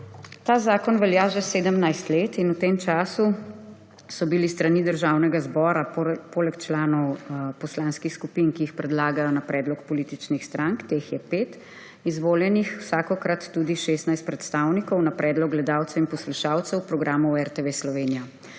Ta zakon velja že 17 let. V tem času je bilo s strani Državnega zbora poleg članov poslanskih skupin, ki jih predlagajo na predlog političnih strank, teh je pet, izvoljenih vsakokrat tudi 16 predstavnikov na predlog gledalcev in poslušalcev programov RTV Slovenija.